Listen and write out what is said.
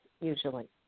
usually